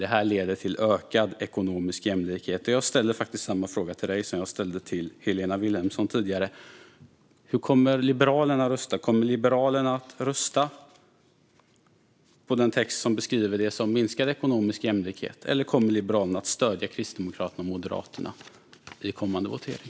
Det här leder till ökad ekonomisk jämlikhet. Jag ställer en liknande fråga till dig, Joar, som jag tidigare ställde till Helena Vilhelmsson: Hur kommer Liberalerna att rösta? Kommer Liberalerna att rösta på den text som beskriver det som en minskad ekonomisk jämlikhet, eller kommer de att stödja Kristdemokraterna och Moderaterna vid kommande votering?